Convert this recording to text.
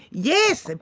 yes.